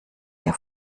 der